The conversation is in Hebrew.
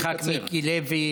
לח"כ מיקי לוי,